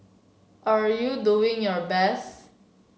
are you doing your best